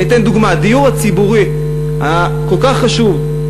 אני אתן דוגמה: הדיור הציבורי הכל-כך חשוב,